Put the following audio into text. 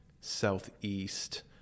southeast